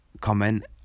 comment